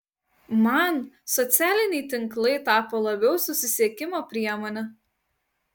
man socialiniai tinklai tapo labiau susisiekimo priemone